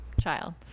child